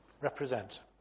represent